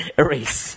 erase